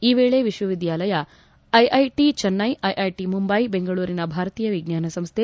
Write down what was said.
ಈ ವೇಳೆ ವಿಶ್ವವಿದ್ದಾಲಯ ಐಐಟಿ ಚೆನ್ನೈ ಐಐಟಿ ಮುಂಬೈ ಬೆಂಗಳೂರಿನ ಭಾರತೀಯ ವಿಜ್ವಾನ ಸಂಸ್ಥೆ